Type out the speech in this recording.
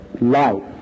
life